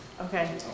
Okay